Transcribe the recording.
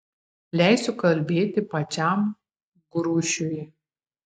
leisiu kalbėti pačiam grušiui